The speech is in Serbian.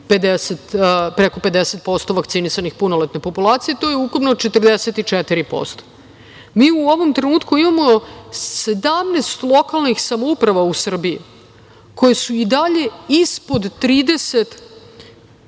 preko 50% vakcinisane punoletne populacije. To je ukupno 44%.Mi u ovom trenutku imamo 17 lokalnih samouprava u Srbiji koje su i dalje ispod ili